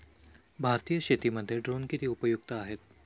भारतीय शेतीमध्ये ड्रोन किती उपयुक्त आहेत?